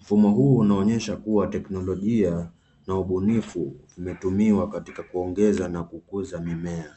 Mfumo huu unaonyesha kuwa teknolojia na ubunifu imetumiwa katika kuongeza na kukuza mimea.